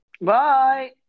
Bye